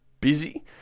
busy